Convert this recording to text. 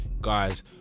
Guys